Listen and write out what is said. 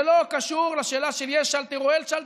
זה לא קשור לשאלה של יש שאלטר או אין שאלטר.